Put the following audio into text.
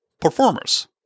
performers